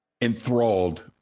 enthralled